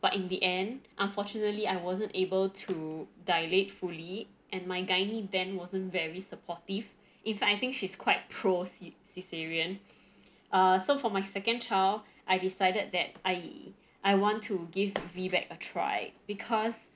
but in the end unfortunately I wasn't able to dilate fully and my gynae then wasn't very supportive if I think she's quite pro-caesarian uh so for my second child I decided that I I want to give VBAC a try because